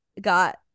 got